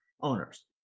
owners